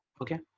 Okay